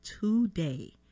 today